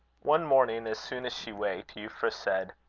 one morning, as soon as she waked, euphra said